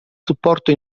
supporto